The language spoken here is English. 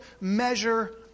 measure